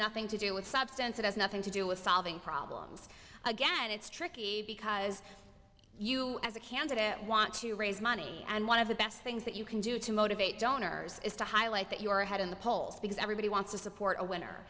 nothing to do with substance it has nothing to do with solving problems again it's tricky because you as a candidate want to raise money and one of the best things that you can do to motivate donors is to highlight that you are ahead in the polls because everybody wants to support a winner